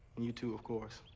and you too, of course.